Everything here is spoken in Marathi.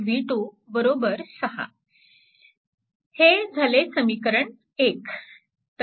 2 v2 6 हे झाले समीकरण 1